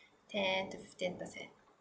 ten to fifteen percent